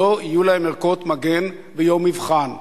שלא יהיו להם ערכות מגן ביום מבחן.